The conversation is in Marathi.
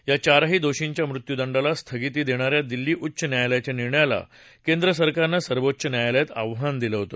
या चारही दोषींच्या मृत्युदंडाला स्थगिती देणा या दिल्ली उच्च न्यायालयाच्या निर्णयाला केंद्र सरकारनं सर्वोच्च न्यायालयात आव्हान दिलं होत